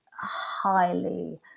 highly